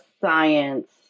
science